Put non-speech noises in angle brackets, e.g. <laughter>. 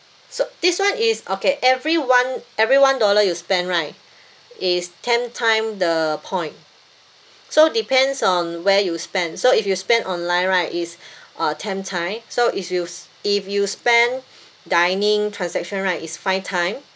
so this [one] is okay every one every one dollar you spend right is ten time the point so depends on where you spend so if you spend online right is <breath> uh ten time so if you if you spent dining transaction right is five time